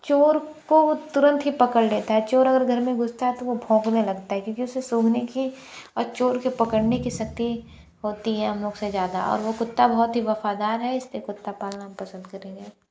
चोर को तुरंत ही पकड़ लेता है चोर अगर घर में घुसता है तो वो भौंकने लगता है क्योंकि उसे सूघने की और चोर के पकड़ने की शक्ति होती है हम लोग से ज़्यादा और वो कुत्ता बहुत ही वफ़ादार है इसलिए कुत्ता पालना पसंद करेंगे